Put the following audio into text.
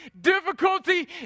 difficulty